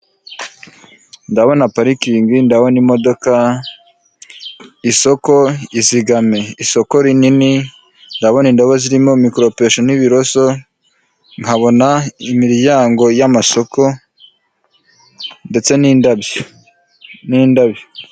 Ndabona parikingi ndabona imodoka, isoko izigame isoko rinini, ndabona indobo zirimo mikoropesho n'ibiroso, nkabona imiryango y'amasoko, ndetse n'indabyo, n'indabyo.